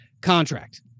contract